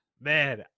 Man